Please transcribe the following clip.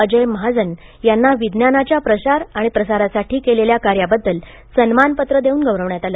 अजय महाजन यांना विज्ञानाच्या प्रचार आणि प्रसारासाठी केलेल्या कार्याबद्दल सन्मानपत्र देऊन गौरविण्यात आले